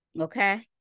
okay